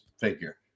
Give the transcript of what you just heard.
figure